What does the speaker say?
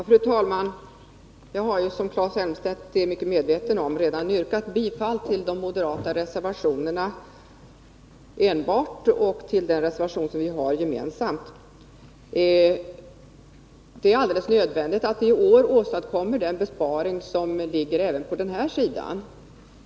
Fru talman! Jag har — vilket Claes Elmstedt är väl medveten om — redan yrkat bifall till de enbart moderata reservationerna och till den reservation vi har gemensamt. Det är alldeles nödvändigt att vi i år å besparing även på den här sidan.